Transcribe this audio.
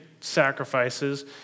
sacrifices